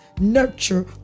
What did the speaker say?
nurture